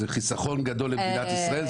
זה חיסכון גדול למדינת ישראל.